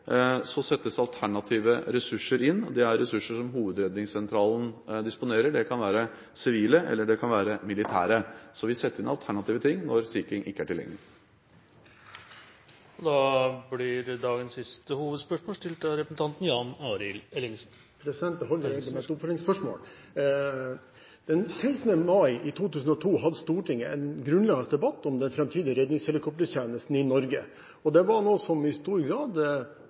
settes alternative ressurser inn – ressurser som Hovedredningssentralen disponerer. Det kan være sivile, eller det kan være militære. Vi setter altså inn alternativt materiell når Sea King-helikoptrene ikke er tilgjengelige. Jan Arild Ellingsen – til dagens siste oppfølgingsspørsmål. Den 16. mai i 2002 hadde Stortinget en grunnleggende debatt om den framtidige redningshelikoptertjenesten i Norge, noe som i stor grad